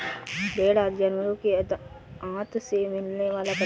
भेंड़ आदि जानवरों के आँत से मिलने वाला पदार्थ है